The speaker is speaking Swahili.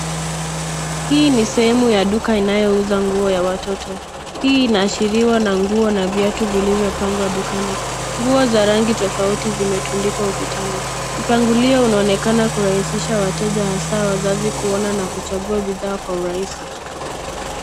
Hii ni sehemu ya duka inayouza nguo ya watoto. Hii inaashiriwa na nguo na viatu vilivyopangwa dukani. Nguo za rangi tofauti zimetundikwa ukutani. Mpangilio unaonekana kurahisisha wateja hasa wazazi kuona na kuchagua bidhaa kwa urahisi.